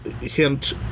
hint